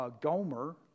Gomer